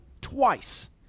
twice